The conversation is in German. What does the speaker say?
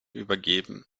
übergeben